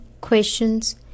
questions